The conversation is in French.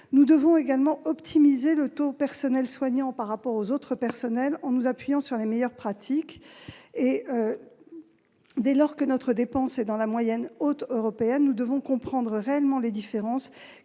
Nous devons également optimiser le taux du personnel soignant par rapport à celui des autres personnels, en nous appuyant sur les meilleures pratiques. Dès lors que notre dépense est dans la moyenne haute européenne, il nous faut comprendre réellement ces différences,